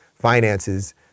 finances